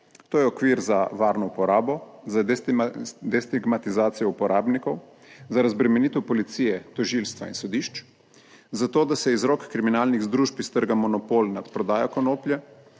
To je okvir za varno uporabo, za destigmatizacijo uporabnikov za razbremenitev policije, tožilstva in sodišč, za to, da se iz rok kriminalnih združb iztrga monopol nad prodajo konoplje,